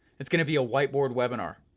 it's gonna be a whiteboard webinar.